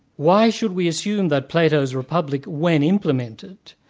why should we assume that plato's republic, when implemented,